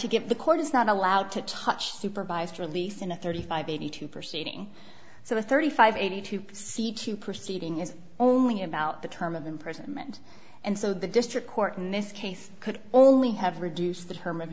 to get the court is not allowed to touch supervised release in a thirty five eighty two proceeding so the thirty five eighty two c two proceeding is only about the term of imprisonment and so the district court in this case could only have reduced the term